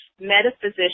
metaphysician